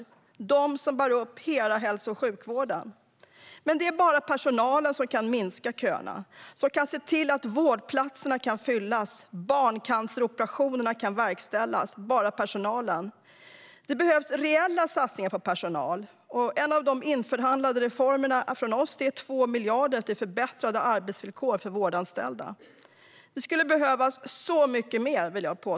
Det är personalen som bär upp hela hälso och sjukvården. Det är bara personalen som kan minska köerna och som kan se till att vårdplatserna kan fyllas och att barncanceroperationerna kan verkställas. Det är bara personalen. Det behövs reella satsningar på personalen. En av de införhandlade reformerna från oss är 2 miljarder till förbättrade arbetsvillkor för vårdanställda. Det skulle behövas mycket mer, vill jag påstå.